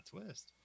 twist